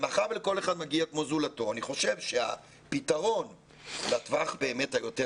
ומאחר ולכל אחד מגיע כמו זולתו אני חושב שהפתרון לטווח באמת היותר